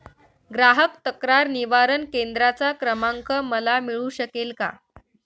ग्राहक तक्रार निवारण केंद्राचा क्रमांक मला मिळू शकेल का?